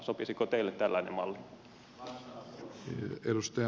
sopisiko teille tällainen malli